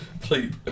Please